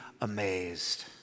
amazed